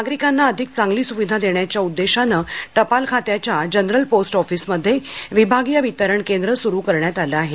नागरिकांना अधिक चांगली सुविधा देण्याच्या उद्देशाने टपाल खात्याच्या जनरल पोस्ट ऑफीस इथं विभागीय वितरण केंद्र सुरू करण्यात आलं आहे